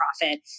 profit